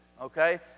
Okay